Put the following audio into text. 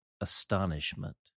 Astonishment